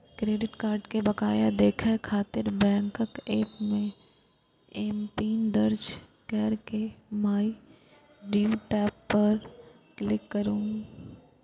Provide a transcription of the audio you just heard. credit card के बकाया देखै खातिर बैंकक एप मे एमपिन दर्ज कैर के माइ ड्यू टैब पर क्लिक करू